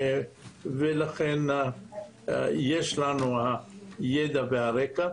ולכן יש לנו הידע והרקע.